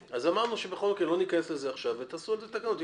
של ארז בעניין הזה לעשות הגבלות כאלה בחוק